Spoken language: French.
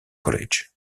college